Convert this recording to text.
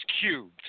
cubed